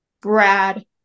Brad